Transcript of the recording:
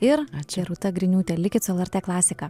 ir čia rūta griniūtė likit su lrt klasika